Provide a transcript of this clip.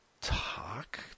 talk